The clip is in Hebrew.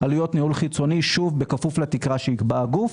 עלויות ניהול חיצוני, שוב בכפוף לתקרה שיקבע הגוף.